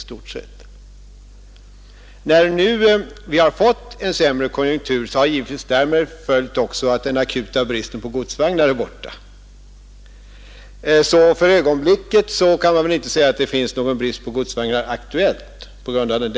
När vi nu har fått en sämre konjunktur har givetvis därmed följt att bristen på godsvagnar för ögonblicket har försvunnit.